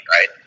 right